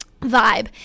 vibe